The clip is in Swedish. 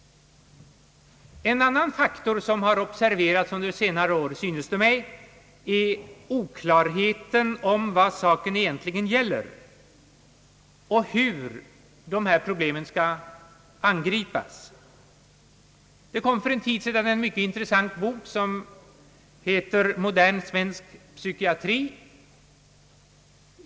En annan faktor som har observerats under senare år, enligt vad det synes mig, är oklarheten om vad saken egentligen gäller och hur dessa problem skall kunna angripas. Det kom för en tid sedan ut en mycket intressant bok, som heter Modern svensk psykiatri.